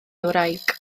wraig